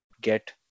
get